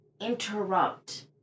interrupt